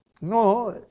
No